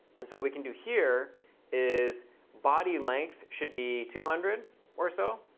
and so what we can do here is body length should be two hundred or so.